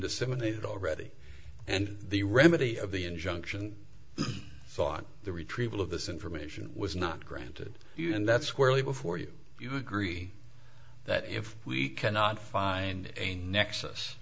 disseminated already and the remedy of the injunction thought the retrieval of this information was not granted you and that's squarely before you you agree that if we cannot find a